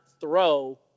throw